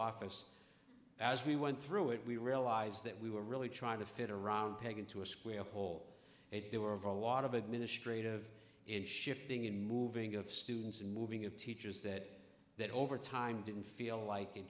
office as we went through it we realized that we were really trying to fit a round peg into a square hole and there were a lot of administrative in shifting in moving of students and moving of teachers that that over time didn't feel like it